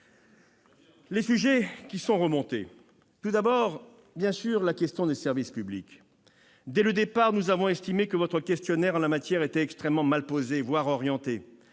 les sujets qui sont remontés figure tout d'abord la question des services publics. Dès le départ, nous avons estimé que votre questionnaire était extrêmement mal posé, voire orienté,